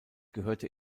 gehörte